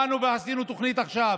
באנו ועשינו תוכנית עכשיו